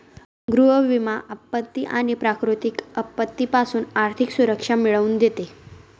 गृह विमा आपत्ती आणि प्राकृतिक आपत्तीपासून आर्थिक सुरक्षा मिळवून देते